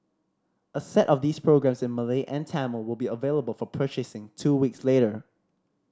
a set of these programmes in Malay and Tamil will be available for purchasing two weeks later